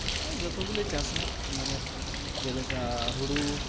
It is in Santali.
ᱯᱨᱟᱭ ᱡᱚᱛᱚᱜᱮᱞᱮ ᱪᱟᱥᱟ ᱢᱮᱱᱮᱫ ᱡᱮᱞᱮᱠᱟ ᱦᱳᱲᱳ